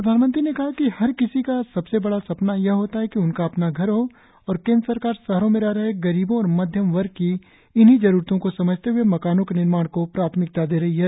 प्रधानमंत्री ने कहा कि हर किसी का सबसे बड़ा सपना यह होता है कि उसका अपना घर हो और केन्द्र सरकार शहरों में रह रहे गरीबों और मध्यम वर्ग की इन्हीं जरूरतों को समझते हुए मकानों के निर्माण को प्राथमिकता दे रही है